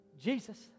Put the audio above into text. Jesus